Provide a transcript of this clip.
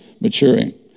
maturing